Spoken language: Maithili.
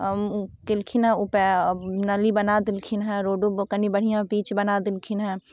केलखिन हेँ उपाय नाली बना देलखिन हेँ रोडो कनि बढ़िआँ पीच बना देलखिन हेँ